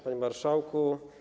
Panie Marszałku!